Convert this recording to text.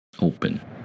open